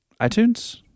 iTunes